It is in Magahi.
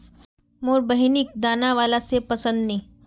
मोर बहिनिक दाना बाला सेब पसंद नी